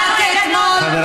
ולא רק זה, אנחנו ידענו, בעיה.